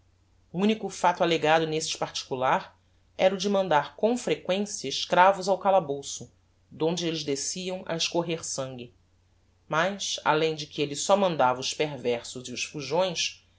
unico facto allegado neste particular era o de mandar com frequencia escravos ao calabouço donde elles desciam a escorrer sangue mas além de que elle só mandava os perversos e os fujões